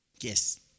Yes